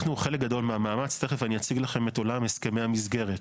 תיכף אני אציג לכם את עולם הסכמי המסגרת.